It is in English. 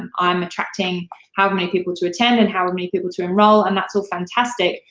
and i'm attracting how many people to attend and how many people to enroll, and that's all fantastic,